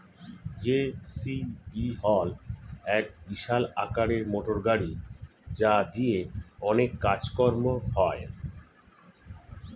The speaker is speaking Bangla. জে.সি.বি হল এক বিশাল আকারের মোটরগাড়ি যা দিয়ে অনেক কাজ কর্ম হয়